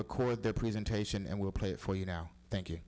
record the presentation and we'll play it for you now thank you